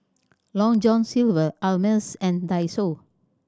Long John Silver Ameltz and Daiso